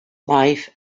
life